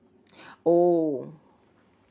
oh